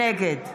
נגד